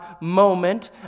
moment